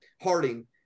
Harding